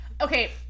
Okay